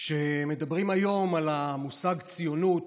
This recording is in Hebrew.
כשמדברים היום על המושג ציונות,